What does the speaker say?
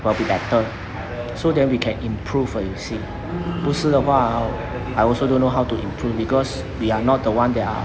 will the better so then we can improve uh you see 不是的话 I also don't know how to improve because we are not the one that are